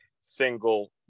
single